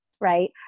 right